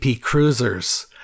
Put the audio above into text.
cruisers